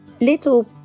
little